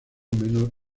menor